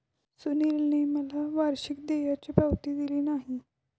सुनीलने मला वार्षिक देयाची पावती दिली नाही